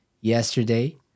yesterday